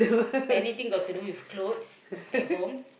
everything got to do with clothes at home